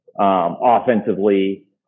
offensively